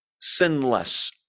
sinless